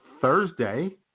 Thursday